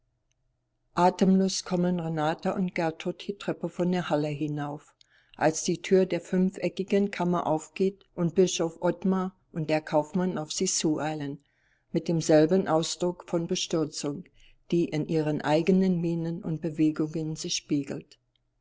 atemlos kommen renata und gertrud die treppe von der halle hinauf als die tür der fünfeckigen kammer aufgeht und bischof ottmar und der kaufmann auf sie zueilen mit demselben ausdruck von bestürzung die in ihren eigenen mienen und bewegungen sich spiegelt